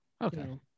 Okay